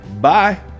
Bye